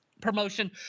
promotion